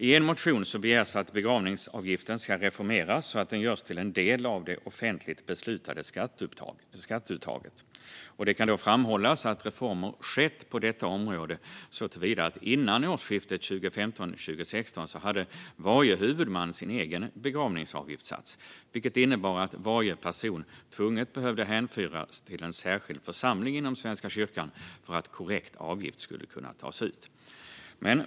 I en motion begärs att begravningsavgiften ska reformeras så att den görs till en del av det offentligt beslutade skatteuttaget. Det kan framhållas att reformer skett på detta område såtillvida att varje huvudman före årsskiftet 2015/16 hade sin egen begravningsavgiftssats, vilket innebar att varje person tvunget behövde hänföras till en särskild församling inom Svenska kyrkan för att korrekt avgift skulle kunna tas ut.